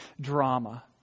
drama